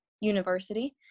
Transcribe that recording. university